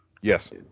Yes